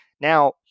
now